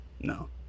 no